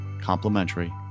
complimentary